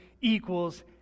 equals